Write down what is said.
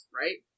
right